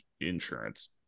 insurance